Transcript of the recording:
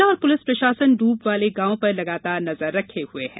जिला और पुलिस प्रशासन डूब वाले गांव पर लगातार नजर रखे हुए हैं